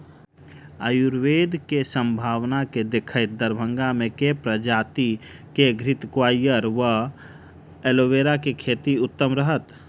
आयुर्वेद केँ सम्भावना केँ देखैत दरभंगा मे केँ प्रजाति केँ घृतक्वाइर वा एलोवेरा केँ खेती उत्तम रहत?